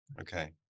Okay